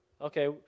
Okay